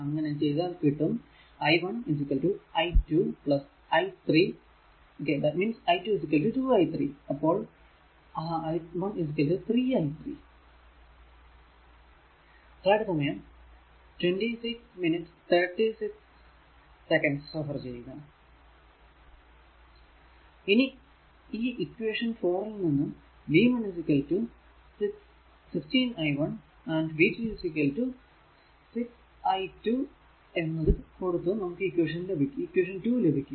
അങ്ങനെ ചെയ്താൽ കിട്ടും i 1 i2 i 3 i2 2 i 3 അപ്പോൾ i 1 3 i 3 ഇനി ഇക്വേഷൻ 4 ൽ നിന്നും v 1 16 i 1 and v 2 6 i2 എന്നത് കൊടുത്തു നമുക്ക് ഇക്വേഷൻ 2 ലഭിക്കും